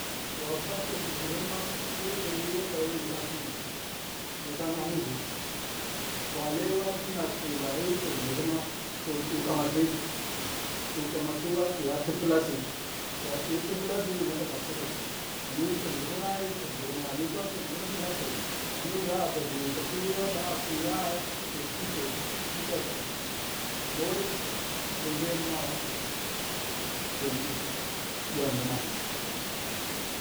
Wakwa Sirʒi hyinma wi Ca wiyi ca Walima ma wu ndaka Sinauʒu, wu ndaka nahyuzu, wa lai wa sna sir, bahyi Sirʒhyina, to t’u kamasi t’u ƙamasi wa tsigha tufullasi, wa tsighi tufulasi, wundaka ga kuzau ghani hyi Sirʒihyina, hyi Sirʒihyina, ghani kwa Sirʒihyina ga, to, niga a badiyi pakhiwuya ba a pi ayy to ci to, ci ca dabam ghama we ngingiyemu ma ghana Sirni yanghima.